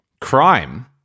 crime